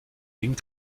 ging